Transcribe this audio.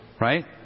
right